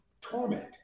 torment